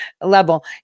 level